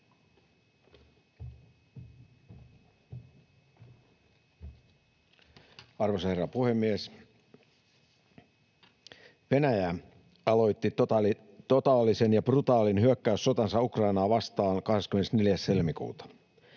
Arvoisa herra puhemies! Venäjä aloitti totaalisen ja brutaalin hyökkäyssotansa Ukrainaa vastaan 24.